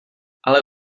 ale